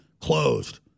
closed